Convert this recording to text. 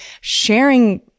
sharing